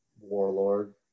warlord